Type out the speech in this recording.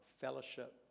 fellowship